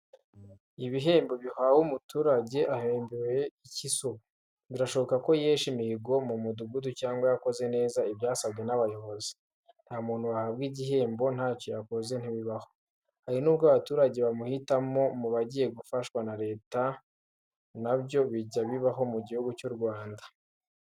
Ibihembo bihawe umuturage, ahembewe iki se ubu? Birashoboka ko yeshe imihigo mu mudugudu cyangwa yakoze neza ibyasabwe n'abayobozi. Nta muntu wahabwa igihembo ntacyo yakoze ntibibaho. Hari nubwo abaturage bamuhitamo mubagiye gufashwa na Leta na byo bijya bibaho mu gihugu cy 'u Rwanda.